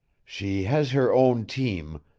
she has her own team,